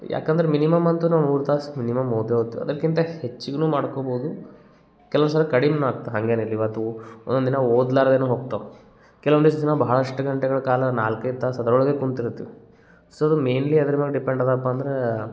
ಯಾಕಂದ್ರೆ ಮಿನಿಮಮ್ ಅಂತೂ ನಾವು ಮೂರು ತಾಸು ಮಿನಿಮಮ್ ಓದೇ ಓದ್ತೀವಿ ಅದಕ್ಕಿಂತ ಹೆಚ್ಚಿಗೆನೂ ಮಾಡ್ಕೊಬೋದು ಕೆಲವು ಸಲ ಕಡಿಮೆಯೂ ಆಗ್ತೆ ಹಂಗೇನಿಲ್ಲ ಇವತ್ತು ಒಂದೊಂದು ದಿನ ಓದ್ಲಾರ್ದೆಯೂ ಹೋಗ್ತವೆ ಕೆಲವೊಂದಿಷ್ಟು ಜನ ಬಹಳಷ್ಟು ಗಂಟೆಗಳ ಕಾಲ ನಾಲ್ಕೇ ತಾಸು ಅದರೊಳಗೇ ಕುಂತಿರ್ತೀವಿ ಸೊ ಅದು ಮೇಯ್ನ್ಲಿ ಯದ್ರ್ ಮೇಲ್ ಡಿಪೆಂಡ್ ಅದಪ್ಪ ಅಂದರೆ